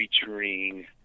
featuring